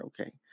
okay